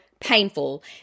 painful